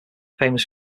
famous